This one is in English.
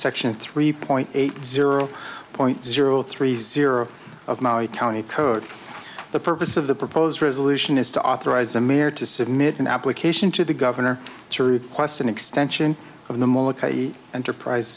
section three point eight zero point zero three zero of my county code the purpose of the proposed resolution is to authorize amir to submit an application to the governor through qwest an extension of the molokai enterprise